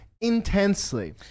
intensely